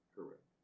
Correct